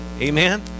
amen